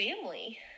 family